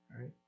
right